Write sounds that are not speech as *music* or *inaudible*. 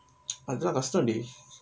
*noise* அதுலா கஷ்டோ: athulaa kashto dey